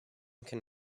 can